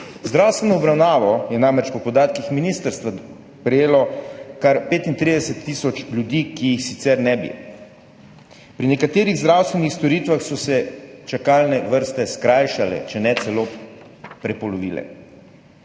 Zdravstveno obravnavo je namreč po podatkih ministrstva prejelo kar 35 tisoč ljudi, ki je sicer ne bi. Pri nekaterih zdravstvenih storitvah so se čakalne vrste skrajšale, če ne celo prepolovile.